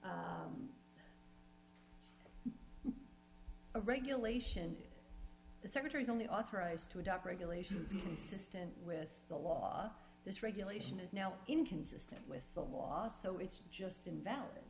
t a regulation the secretary's only authorized to adopt regulations consistent with the law this regulation is now inconsistent with the law so it's just invalid